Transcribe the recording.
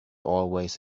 always